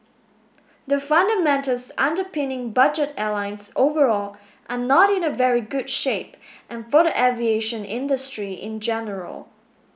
the fundamentals underpinning budget airlines overall are not in a very good shape and for the aviation industry in general